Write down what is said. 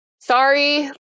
sorry